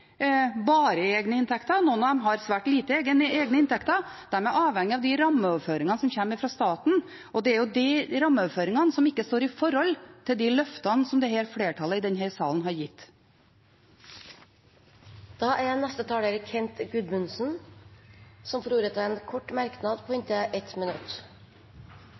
svært lite egne inntekter. De er avhengige av de rammeoverføringene som kommer fra staten, og det er de rammeoverføringene som ikke står i forhold til løftene som flertallet i denne salen har gitt. Representanten Kent Gudmundsen har hatt ordet to ganger tidligere og får ordet til en kort merknad, begrenset til 1 minutt.